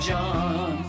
John